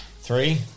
Three